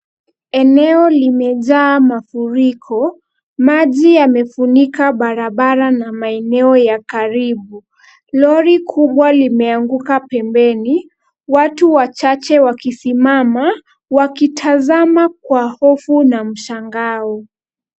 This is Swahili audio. Eneo limejaa mafuriko. Maji yamefunika barabara na maeneo ya karibu. Lori kubwa limeanguka pembeni watu wachache wakisimama, wakitazama kwa hofu na mshangao.